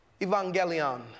Evangelion